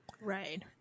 Right